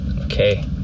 Okay